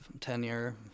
tenure